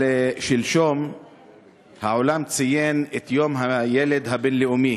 שלשום העולם ציין את יום הילד הבין-לאומי,